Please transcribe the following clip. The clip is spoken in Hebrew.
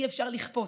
אי-אפשר לכפות.